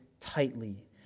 tightly